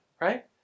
right